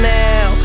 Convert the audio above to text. now